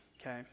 okay